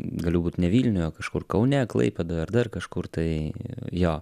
galiu būt ne vilniuj o kažkur kaune klaipėdoj ar dar kažkur tai jo